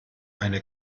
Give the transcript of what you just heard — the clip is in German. eine